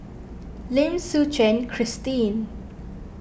Lim Suchen Christine